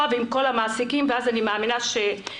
ועם כל המעסיקים ואז אני מאמינה שנצליח.